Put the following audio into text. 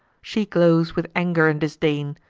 she glows with anger and disdain,